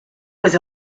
was